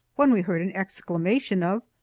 when we heard an exclamation of,